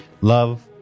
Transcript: Love